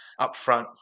upfront